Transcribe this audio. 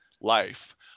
life